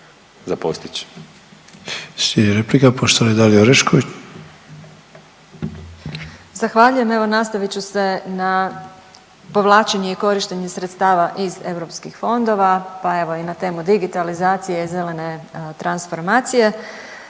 Dalija (Stranka s imenom i prezimenom)** Zahvaljujem, evo nastavit ću se na povlačenje i korištenje sredstava iz europskih fondova, pa evo i na temu digitalizacije i zelene transformacije.